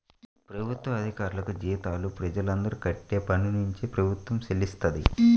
ప్రభుత్వ అధికారులకు జీతాలు ప్రజలందరూ కట్టే పన్నునుంచే ప్రభుత్వం చెల్లిస్తది